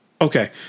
Okay